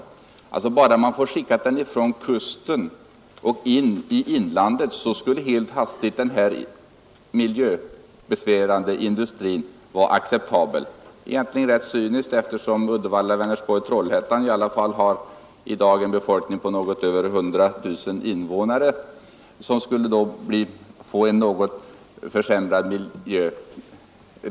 Bara man får skicka den från kusten till inlandet skulle helt hastigt denna miljöbesvärande industri vara acceptabel. Det är egentligen rätt cyniskt eftersom Uddevalla, Vänersborg och Trollhättan ju i alla fall har en befolkning på något över 100 000 invånare som skulle få en något försämrad miljö.